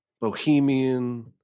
bohemian